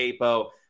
Capo